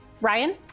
Ryan